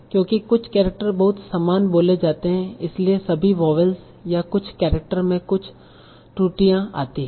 क्योंकि कुछ केरेक्टर बहुत समान बोले जाते हैं इसलिए सभी वोवल्स या कुछ केरेक्टर में कुछ त्रुटियां आती हैं